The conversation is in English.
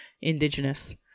indigenous